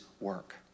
work